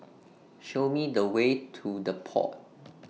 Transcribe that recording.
Show Me The Way to The Pod